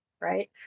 right